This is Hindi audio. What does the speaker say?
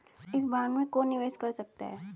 इस बॉन्ड में कौन निवेश कर सकता है?